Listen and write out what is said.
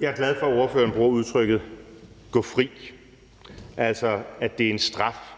Jeg er glad for, at ordføreren bruger udtrykket gå fri, altså at det er en straf.